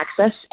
access